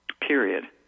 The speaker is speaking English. Period